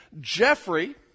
Jeffrey